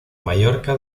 mallorca